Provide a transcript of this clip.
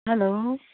hello